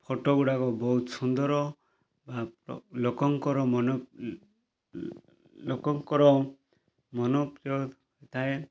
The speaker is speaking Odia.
ଫଟୋଗୁଡ଼ାକ ବହୁତ ସୁନ୍ଦର ଆଉ ଲୋକଙ୍କର ମନ ଲୋକଙ୍କର ମନ ପ୍ରିୟ ଥାଏ